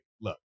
Look